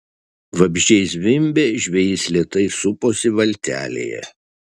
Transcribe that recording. vabzdžiai zvimbė žvejys lėtai suposi valtelėje